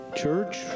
Church